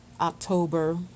October